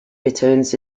returns